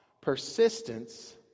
persistence